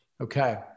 Okay